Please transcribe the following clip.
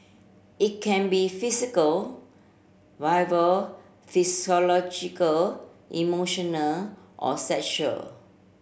it can be physical verbal psychological emotional or sexual